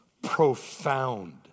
Profound